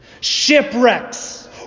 shipwrecks